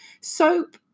soap